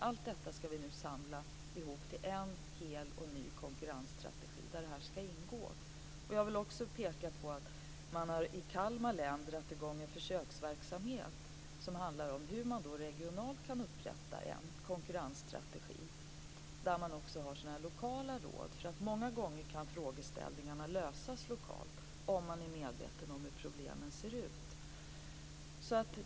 Allt detta skall vi nu samla ihop till en hel och ny konkurrensstrategi. Jag vill också peka på att man i Kalmar län har dragit i gång en försöksverksamhet som handlar om hur man regionalt kan upprätta en konkurrensstrategi, där det också finns lokala råd. Många gånger kan frågeställningarna lösas lokalt, om man är medveten om hur problemen ser ut.